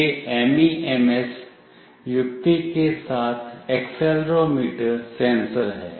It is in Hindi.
यह एमईएमएस युक्ति के साथ एक्सेलेरोमीटर सेंसर है